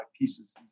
pieces